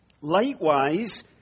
Likewise